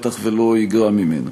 בטח לא יגרע ממנו.